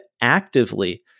actively